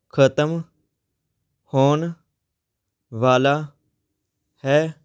ਖਤਮ ਹੋਣ ਵਾਲਾ ਹੈ